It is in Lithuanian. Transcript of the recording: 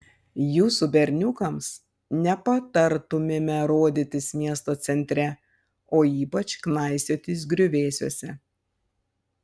jūsų berniukams nepatartumėme rodytis miesto centre o ypač knaisiotis griuvėsiuose